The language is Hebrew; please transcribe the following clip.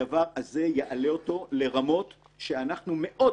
הדבר הזה יעלה אותו לרמות שאנחנו מאוד